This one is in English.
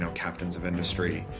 and captain of industry